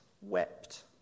wept